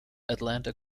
atlanta